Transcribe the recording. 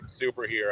superhero